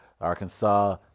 Arkansas